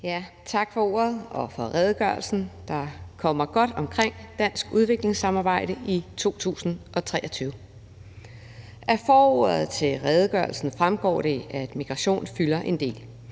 Tak for ordet. Og tak for redegørelsen, der kommer godt omkring dansk udviklingssamarbejde i 2023. Af forordet til redegørelsen fremgår det, at migration fylder en del.